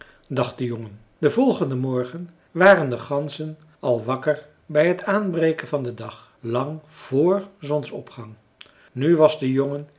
dacht de jongen den volgenden morgen waren de ganzen al wakker bij t aanbreken van den dag lang vr zonsopgang nu was de jongen